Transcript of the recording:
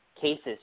Case's